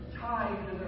tied